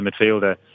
midfielder